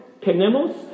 tenemos